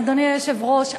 אדוני היושב-ראש,